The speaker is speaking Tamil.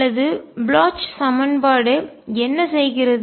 அல்லது ப்ளொச் சமன்பாடு என்ன செய்கிறது